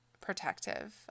protective